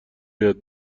یاد